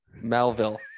Melville